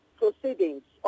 proceedings